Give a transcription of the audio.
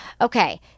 Okay